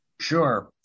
sure